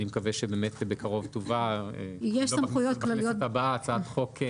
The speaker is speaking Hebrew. אני מקווה שבאמת בקרוב הצעת חוק.